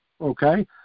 Okay